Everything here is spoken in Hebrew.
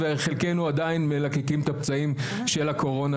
וחלקנו עדיין מלקקים את הפצעים של הקורונה